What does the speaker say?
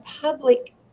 public